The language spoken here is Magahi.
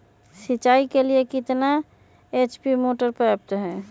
सिंचाई के लिए कितना एच.पी मोटर पर्याप्त है?